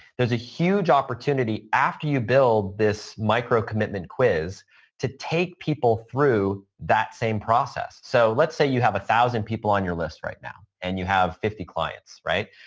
there's a huge opportunity after you build this micro commitment quiz to take people through that same process. so, let's say you have one thousand people on your list right now, and you have fifty clients, right?